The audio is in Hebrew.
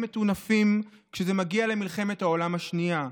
מטונפים כשזה מגיע למלחמת העולם השנייה?